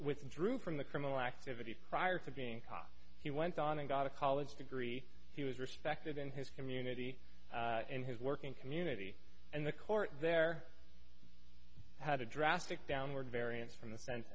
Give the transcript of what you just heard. withdrew from the criminal activities prior to being caught he went on and got a college degree he was respected in his community and his work in community and the court there how to drastic downward variance from the cen